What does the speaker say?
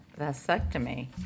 vasectomy